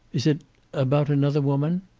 is it about another woman?